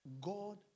God